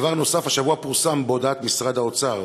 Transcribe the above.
דבר נוסף, השבוע פורסם בהודעת משרד האוצר